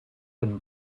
been